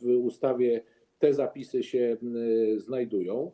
w ustawie te zapisy się znajdują.